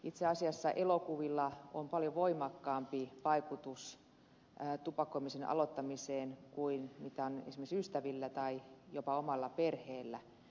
itse asiassa elokuvilla on paljon voimakkaampi vaikutus tupakoimisen aloittamiseen kuin on esimerkiksi ystävillä tai jopa omalla perheellä